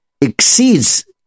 exceeds